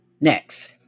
Next